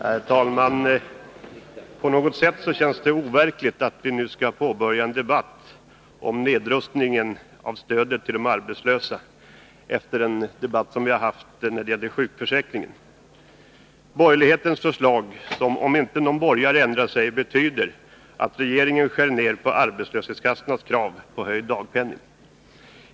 Herr talman! På något sätt känns det overkligt att vi nu skall påbörja en debatt om nedrustning av stödet till de arbetslösa efter den debatt som vi haft när det gäller sjukförsäkringen. Borgerlighetens förslag innebär, om inte någon borgare ändrar sig, att regeringen skär ner på arbetslöshetskassornas krav på höjd dagpenning.